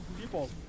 people